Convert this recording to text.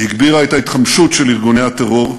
היא הגבירה את ההתחמשות של ארגוני הטרור,